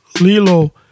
Lilo